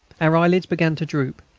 our eyelids began to droop,